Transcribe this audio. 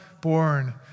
born